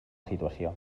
situació